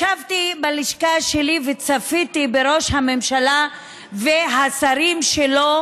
ישבתי בלשכה שלי וצפיתי בראש הממשלה ובשרים שלו